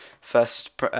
First